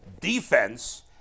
defense